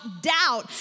doubt